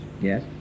Yes